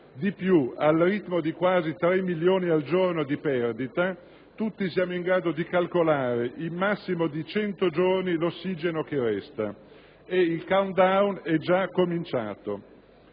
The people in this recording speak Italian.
Di più: al ritmo di quasi tre milioni al giorno di perdita, tutti siamo in grado di calcolare in massimo 100 giorni l'ossigeno che resta e il *countdown* è già cominciato.